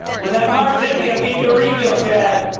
when that marg's empty, i'm getting you a refill, chad.